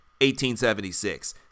1876